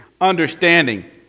understanding